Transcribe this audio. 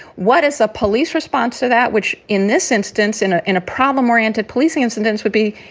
what is a police response to that which in this instance, in a in a problem oriented policing incidents would be?